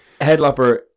Headlopper